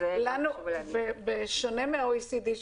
בשונה מה-OECD,